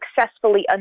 successfully